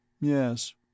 yes